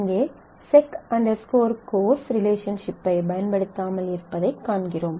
இங்கே sec course sec course ரிலேஷன்ஷிப்பை பயன்படுத்தாமல் இருப்பதைக் காண்கிறோம்